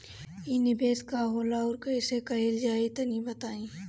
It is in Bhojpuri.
इ निवेस का होला अउर कइसे कइल जाई तनि बताईं?